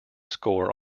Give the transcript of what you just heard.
score